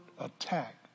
attack